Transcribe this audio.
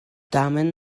tamen